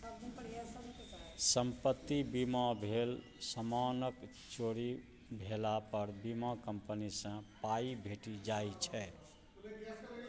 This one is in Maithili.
संपत्ति बीमा भेल समानक चोरी भेला पर बीमा कंपनी सँ पाइ भेटि जाइ छै